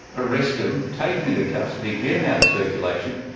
arrest them, take them into custody, get them out of circulation.